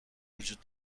وجود